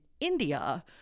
India